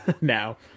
Now